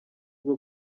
bwo